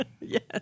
Yes